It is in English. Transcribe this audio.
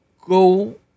go